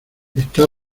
está